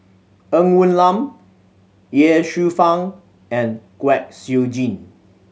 Ng Woon Lam Ye Shufang and Kwek Siew Jin